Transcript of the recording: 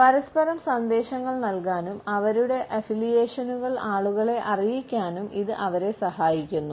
പരസ്പരം സന്ദേശങ്ങൾ നൽകാനും അവരുടെ അഫിലിയേഷനുകൾ ആളുകളെ അറിയിക്കാനും ഇത് അവരെ സഹായിക്കുന്നു